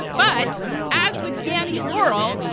but as with yanni laurel,